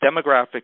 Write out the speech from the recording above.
Demographics